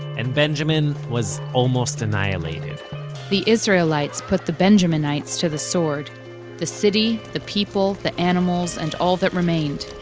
and benjamin was almost annihilated the israelites put the benjaminites to the sword the city, the people, the animals, and all that remained.